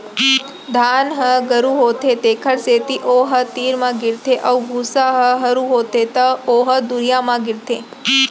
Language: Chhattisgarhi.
धान ह गरू होथे तेखर सेती ओ ह तीर म गिरथे अउ भूसा ह हरू होथे त ओ ह दुरिहा म गिरथे